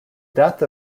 death